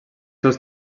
seus